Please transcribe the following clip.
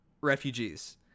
refugees